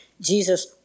Jesus